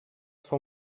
fou